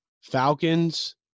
Falcons